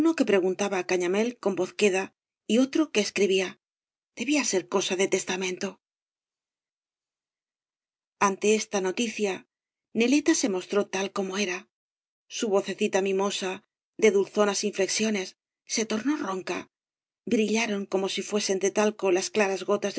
que preguntaba á cañamél con voz queda y otro que escribía debía ser cosa de testamento ante esta noticia neleta se mostró tal como era su vocecita mimosa de dulzonas ioñexiones be tornó ronca brillaron como si fuesen de talco las claras gotas de